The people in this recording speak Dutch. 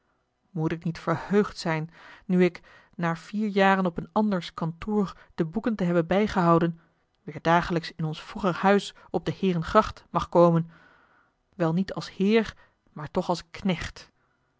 moet ik niet verheugd zijn nu ik na vier jaren op een anders kantoor de boeken te hebben bijgehouden weer dagelijks in ons vroeger huis op de heerengracht mag komen wel niet als heer maar toch als knecht